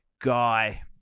guy